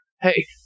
Hey